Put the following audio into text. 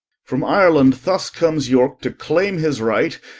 from ireland thus comes york to claim his right,